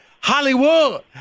Hollywood